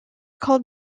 called